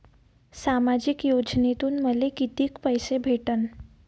सामाजिक योजनेतून मले कितीक पैसे भेटन?